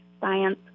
science